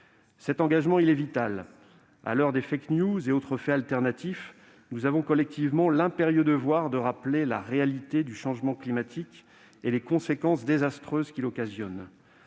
Cet engagement est vital. À l'heure des et autres faits alternatifs, nous avons collectivement l'impérieux devoir de rappeler la réalité du changement climatique et les conséquences désastreuses qu'il occasionne.